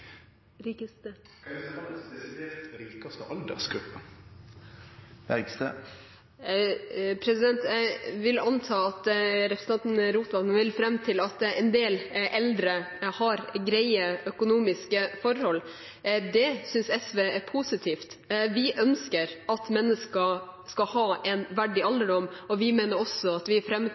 rikaste aldersgruppe? Jeg vil anta at representanten Rotevatn vil fram til at en del eldre har greie økonomiske forhold. Det synes SV er positivt. Vi ønsker at mennesker skal ha en verdig alderdom, og vi mener også at vi